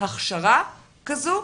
הכשרה כזו,